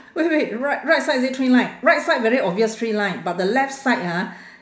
wait wait right right side is it three line right side very obvious three line but the left side ah